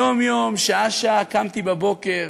יום-יום, שעה-שעה, קמתי בבוקר,